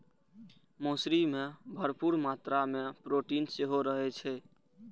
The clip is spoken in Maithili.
मौसरी मे भरपूर मात्रा मे प्रोटीन सेहो रहै छै